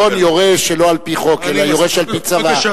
לא בא בחשבון יורש שלא על-פי חוק אלא יורש על-פי צוואה.